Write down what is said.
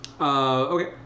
Okay